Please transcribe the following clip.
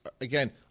again